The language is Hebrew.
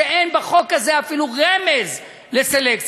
כשאין בחוק הזה אפילו רמז לסלקציה,